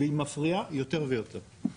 והיא מפריעה יותר ויותר.